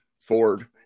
Ford